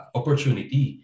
opportunity